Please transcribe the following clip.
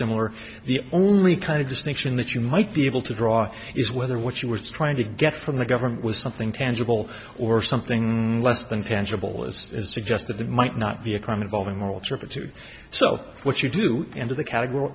similar the only kind of distinction that you might be able to draw is whether what you were trying to get from the government was something tangible or something less than tangible is suggest that it might not be a crime involving moral turpitude so what you do into the category